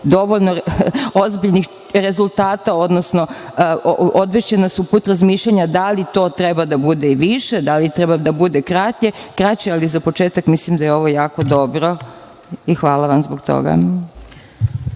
dovoljno ozbiljnih rezultata, odnosno odvešće nas na put razmišljanja da li to treba da bude više, da li treba da bude kraće, ali za početak mislim da je ovo jako dobro i hvala vam zbog toga.